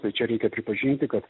tai čia reikia pripažinti kad